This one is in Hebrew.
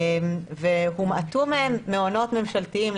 והומעטו מהם מעונות ממשלתיים,